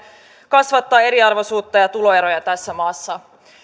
kasvattaa eriarvoisuutta ja tuloeroja tässä maassa